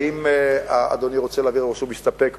האם אדוני רוצה להעביר או שהוא מסתפק?